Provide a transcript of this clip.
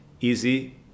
easy